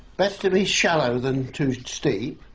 best to be shallow than too steep.